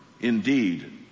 indeed